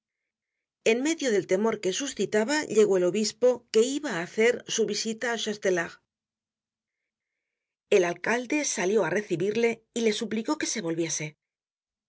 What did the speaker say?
en medio del temor que suscitaba llegó el obispo que iba á hacer su visita al chastelar el alcalde salió á recibirle y le suplicó que se volviese